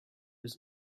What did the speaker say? was